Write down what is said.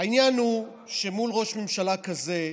העניין הוא שזה מול ראש ממשלה כזה,